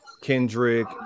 Kendrick